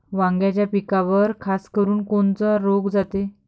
वांग्याच्या पिकावर खासकरुन कोनचा रोग जाते?